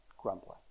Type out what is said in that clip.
grumbling